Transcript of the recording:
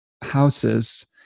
houses